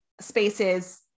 spaces